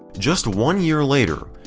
just one year later,